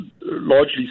largely